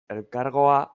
elkargoa